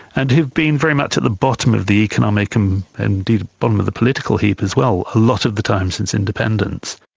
and who have been very much at the bottom of the economic um and indeed the bottom of the political heap as well a lot of the time since independence.